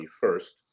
first